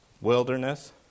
Wilderness